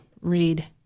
read